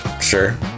Sure